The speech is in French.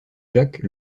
jacques